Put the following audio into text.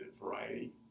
variety